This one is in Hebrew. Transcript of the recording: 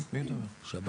שב"כ.